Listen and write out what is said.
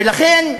ולכן,